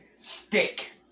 stick